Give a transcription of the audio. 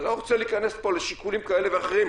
אני לא רוצה להיכנס פה לשיקולים כאלה ואחרים,